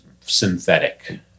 synthetic